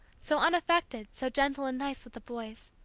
so unaffected, so gentle and nice with the boys.